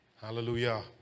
Hallelujah